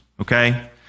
okay